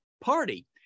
party